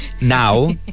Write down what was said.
Now